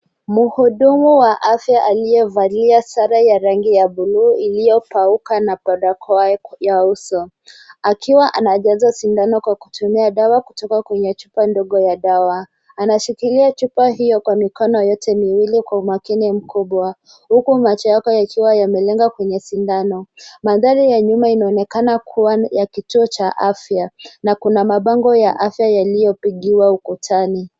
Mhudumu wa afya aliyevalia sare ya rangi ya buluu iliyopaukana barakoa uso akiwa anajaza sindano kwa kutumia dawa kutoka kwenye chupa ndogo ya dawa. Anashikilia chupa hiyo kwa mikono yote miwili kwa umakini mkubwa huku macho yake yakiwa yamelenga kwenye sindano. Mandhari ya nyuma inaonekana kuwa ya kituo cha afya na kuna mabango ya afya yaliyopigiwa ukutani.